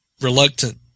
reluctant